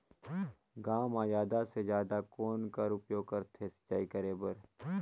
गांव म जादा से जादा कौन कर उपयोग करथे सिंचाई करे बर?